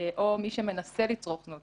או מי שמנסה לצרוך זנות,